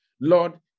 Lord